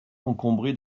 encombré